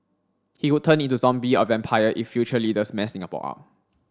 he could turn into zombie or vampire if future leaders mess Singapore up